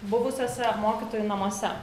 buvusiuose mokytojų namuose